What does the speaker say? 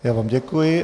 Já vám děkuji.